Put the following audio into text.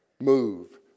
move